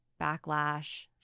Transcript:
backlash